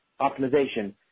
optimization